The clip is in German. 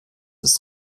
ist